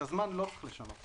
את הזמן לא צריך לשנות.